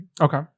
Okay